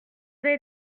avez